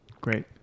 Great